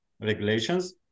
regulations